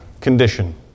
condition